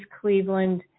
Cleveland